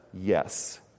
yes